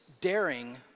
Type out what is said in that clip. daring